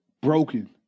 Broken